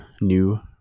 new